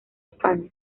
españa